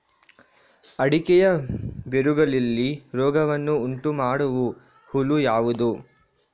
ಅಡಿಕೆಯ ಬೇರುಗಳಲ್ಲಿ ರೋಗವನ್ನು ಉಂಟುಮಾಡುವ ಹುಳು ಯಾವುದು?